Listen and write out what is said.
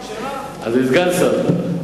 אני סגן שר.